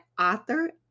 author